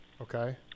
Okay